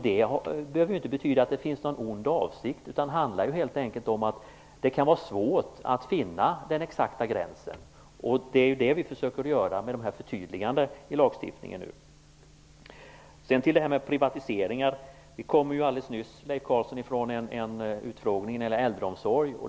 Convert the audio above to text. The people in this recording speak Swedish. Det behöver dock inte betyda att det finns en ond avsikt, utan det handlar helt enkelt om att det kan vara svårt att finna en exakt gräns. Det är just det som vi försöker göra med de här förtydligandena i lagstiftningen. Sedan till privatiseringsfrågan. Alldeles nyss var vi ju, Leif Carlson, på en utfrågning om äldreomsorgen.